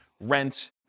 rent